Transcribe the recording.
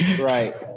Right